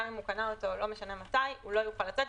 לא משנה מתי קנה אותו - לא יוכל לצאת.